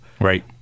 Right